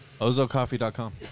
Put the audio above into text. Ozocoffee.com